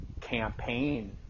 campaign